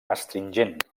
astringent